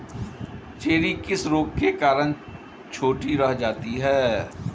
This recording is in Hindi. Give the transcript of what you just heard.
चेरी किस रोग के कारण छोटी रह जाती है?